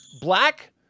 black